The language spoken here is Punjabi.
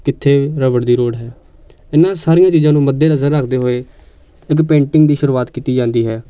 ਕਿੱਥੇ ਰਬੜ ਦੀ ਲੋੜ ਹੈ ਇਹਨਾਂ ਸਾਰੀਆਂ ਚੀਜ਼ਾਂ ਨੂੰ ਮੱਦੇ ਨਜ਼ਰ ਰੱਖਦੇ ਹੋਏ ਇੱਕ ਪੇਂਟਿੰਗ ਦੀ ਸ਼ੁਰੂਆਤ ਕੀਤੀ ਜਾਂਦੀ ਹੈ